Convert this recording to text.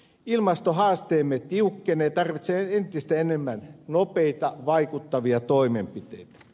ilmastohaasteemme tiukkenee tarvitsee entistä enemmän nopeita vaikuttavia toimenpiteitä